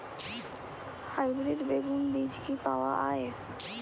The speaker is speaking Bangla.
হাইব্রিড বেগুন বীজ কি পাওয়া য়ায়?